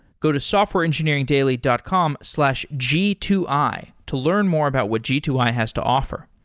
go to softwareengineeringdaily dot com slash g two i to learn more about what g two i has to offer.